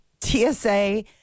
TSA